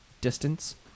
distance